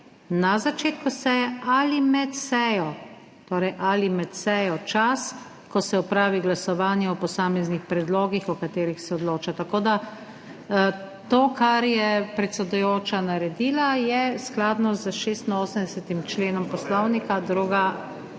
na začetku seje ali med sejo…«, torej ali med sejo »čas, ko se opravi glasovanje o posameznih predlogih, o katerih se odloča.« Tako da, to kar je predsedujoča naredila, je skladno s 86. členom Poslovnika,